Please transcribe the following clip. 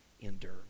endure